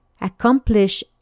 accomplish